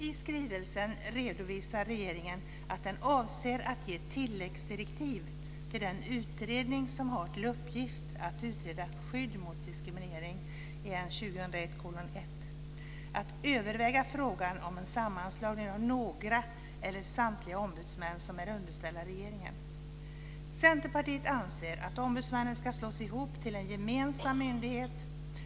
I skrivelsen redovisar regeringen att den avser att ge tilläggsdirektivet till den utredning som har till uppgift att utreda skydd mot diskriminering, N2001:01, att överväga frågan om en sammanslagning av några eller samtliga ombudsmän som är underställda regeringen. Centerpartiet anser att ombudsmännen ska slås ihop till en gemensam myndighet.